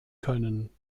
können